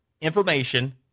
information